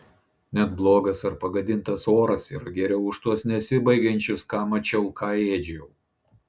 net blogas ar pagadintas oras yra geriau už tuos nesibaigiančius ką mačiau ką ėdžiau